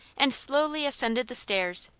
and slowly ascended the stairs,